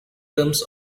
terms